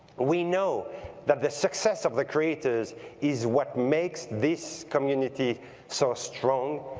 we know that the success of the creators is what makes this community so strong,